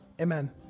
Amen